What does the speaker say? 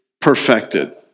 perfected